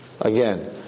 Again